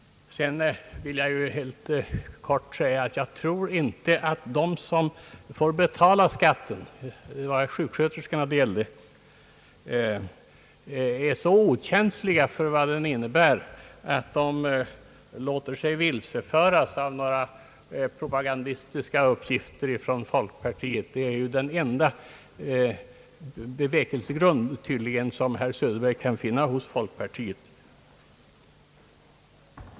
Vidare tror jag inte att de som får betala skatten — det gällde sjuksköterskorna — är så okänsliga för vad den innebär att de låter sig vilseföras av några propagandistiska uppgifter från folkpartiet — tydligen den enda bevekelsegrund som herr Söderberg kan finna hos folkpartiet.